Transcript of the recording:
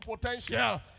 potential